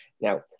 Now